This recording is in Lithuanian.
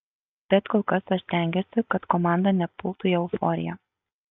bet kol kas aš stengiuosi kad komanda nepultų į euforiją